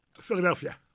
Philadelphia